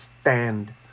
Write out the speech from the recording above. stand